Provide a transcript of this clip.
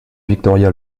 victoria